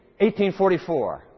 1844